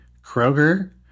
Kroger